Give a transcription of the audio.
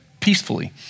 peacefully